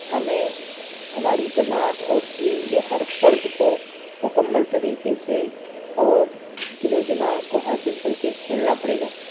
ہمیں ہماری جماعت اور ٹیم کے ہر فرد کو مکمل طریقے سے اور دل و دماغ کو حاضر کر کے کھیلنا پڑے گا